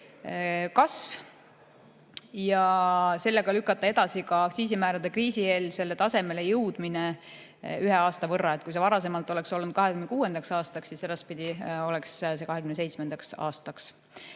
kasv ja sellega lükata edasi ka aktsiisimäärade kriisieelsele tasemele jõudmine ühe aasta võrra. Kui varasemalt oleks see olnud 2026. aasta, siis edaspidi oleks see 2027. aasta.